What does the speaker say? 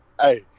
Hey